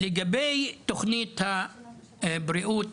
לגבי תוכנית הבריאות